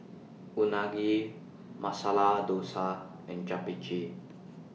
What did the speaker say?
Unagi Masala Dosa and Japchae